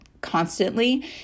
constantly